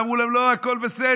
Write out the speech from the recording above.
ואמרו לו: לא, הכול בסדר,